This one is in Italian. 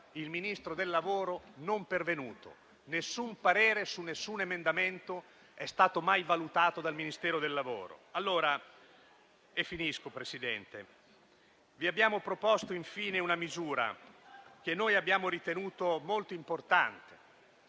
Il Ministro del lavoro? Non pervenuto: nessun parere su nessun emendamento è stato mai valutato dal Ministero del lavoro e delle politiche sociali. Infine, vi abbiamo proposto una misura che abbiamo ritenuto molto importante,